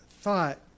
thought